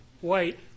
White